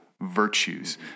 virtues